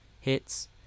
hits